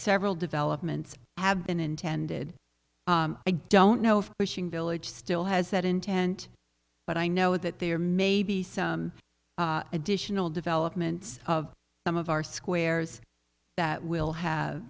several developments have been intended i don't know if pushing village still has that intent but i know that there may be some additional developments of some of our squares that will have